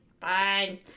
Fine